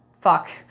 Fuck